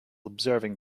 observing